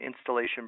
Installation